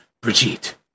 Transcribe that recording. Brigitte